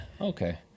Okay